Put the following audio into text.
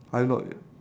I'm not mad